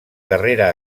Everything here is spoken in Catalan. carrera